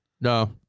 No